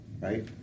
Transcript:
Right